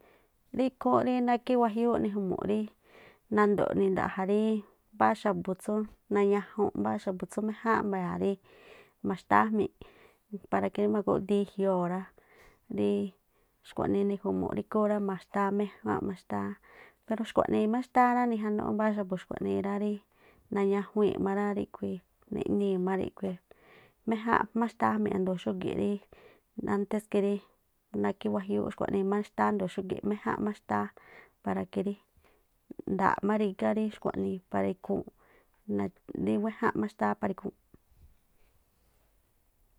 Rí ikhúúnꞌ rí nákhí wajiúúꞌ niju̱mu̱ rí nando̱ꞌ ninda̱ꞌja̱ rí mbáá xa̱bu̱ tsúú nañajunꞌ mbáá xa̱bu̱ tsú méjáánꞌ mba̱ya̱a̱ rí maxtáá jmi̱ꞌ para que rí ma̱gúꞌdiin i̱jioo̱ rá rí xkuaꞌnii niju̱mu̱ꞌ rí ikhúún rá ma̱xtáá méjánꞌ ma̱xtáá ́ero xkuaꞌnii má xtáá rá, nijanúꞌ má mbáá xa̱bu̱ xkuaꞌnii rá rí nañajuii̱n má rá ríꞌkhui̱i̱ neꞌnii̱ má rí́ꞌkhui̱i̱, méjánꞌ má xtáá jmi̱ꞌ ajndo̱o xúgi̱ꞌ ríí antes que rí nákhí wajiúúꞌ xkhuaꞌnii má xtáá ajndo̱o xúgi̱ꞌ méján má xtáá para que rí nda̱a̱ má rigá rí xkuaniiꞌ para ikhúúnꞌ meeꞌ rí wéjánꞌ má xtáá para ikhúúnꞌ.